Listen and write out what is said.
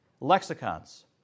lexicons